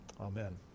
Amen